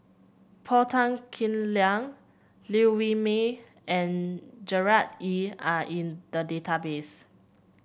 Paul Tan Kim Liang Liew Wee Mee and Gerard Ee are in the database